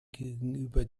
gegenüber